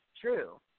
true